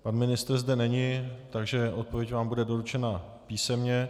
Pan ministr zde není, takže odpověď vám bude doručena písemně.